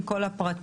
עם כל הפרטים,